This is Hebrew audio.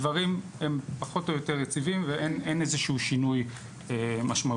הדברים הם פחות או יותר יציבים ואין איזה שינוי משמעותי.